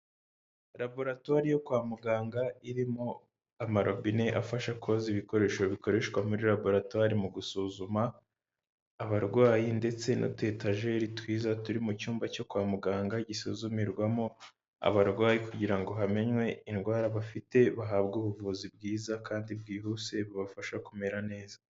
Laboratori yo kwa muganga irimo amarobine afasha koza ibikoresho bikoreshwa muri laboratori mu gusuzuma abarwayi ndetse n’utuyetajeri twiza turi mu cyumba cyo kwa muganga gisuzumirwamo abarwayi kugira ngo hamenwe indwara bafite bahabwe ubuvuzi bwiza kandi bwihuse bubafasha kumera neza.